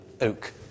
oak